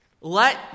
Let